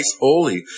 holy